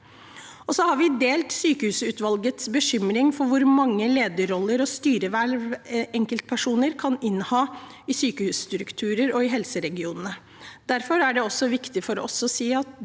Vi deler sykehusutvalgets bekymring for hvor mange lederroller og styreverv enkeltpersoner kan inneha i sykehusstyrer og i helseregionene. Derfor er det også viktig for oss å si at